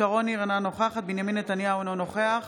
שרון ניר, אינה נוכחת בנימין נתניהו, אינו נוכח